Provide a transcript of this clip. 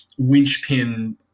winchpin